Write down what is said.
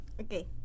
Okay